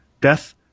death